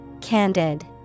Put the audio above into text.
Candid